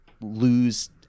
lose